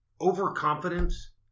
overconfidence